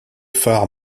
phare